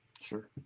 Sure